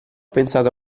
pensato